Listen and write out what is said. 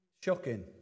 Shocking